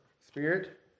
Spirit